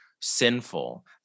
sinful